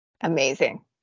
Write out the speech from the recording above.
amazing